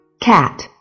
cat